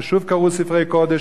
ושוב קרעו ספרי קודש,